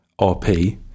RP